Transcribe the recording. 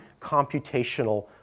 computational